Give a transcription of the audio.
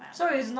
so is not